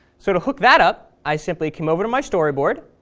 so to hook that up i simply come over to my storyboard.